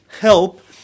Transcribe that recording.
help